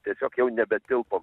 tiesiog jau nebetilpom